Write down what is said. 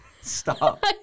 stop